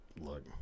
look